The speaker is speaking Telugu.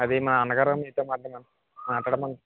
అదీ మా నాన్నగారు మీతో మాట్లాడమన్నారు మాటాడ